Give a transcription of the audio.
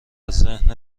ذهن